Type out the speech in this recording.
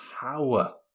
power